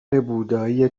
بودایی